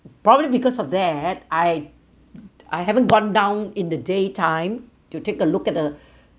probably because of that I I haven't gone down in the day time to take a look at the